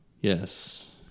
yes